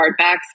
hardbacks